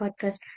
podcast